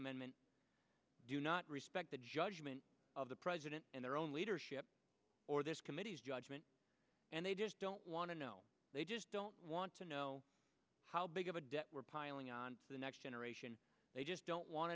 amendment do not respect the judgment of the president and their own leadership or this committee's judgment and they just don't want to know they just don't want to know how big of a debt we're piling on the next generation they just don't want